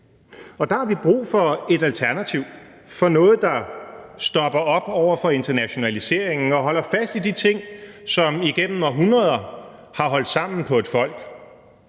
Der har vi brug for et alternativ og for noget, der stopper op over for internationaliseringen og holder fast i de ting, som igennem århundreder har holdt sammen på et folk,